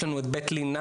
יש לנו את "בית לינה",